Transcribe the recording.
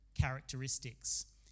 characteristics